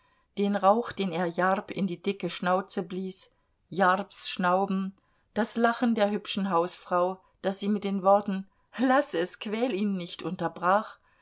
den rauch den er jarb in die dicke schnauze blies jarbs schnauben das lachen der hübschen hausfrau das sie mit den worten laß es quäl ihn nicht unterbrach